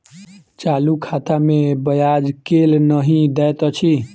चालू खाता मे ब्याज केल नहि दैत अछि